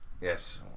yes